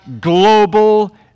global